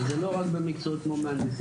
וזה לא רק במקצועות כמו מהנדסים.